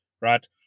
right